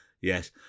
Yes